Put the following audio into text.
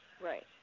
Right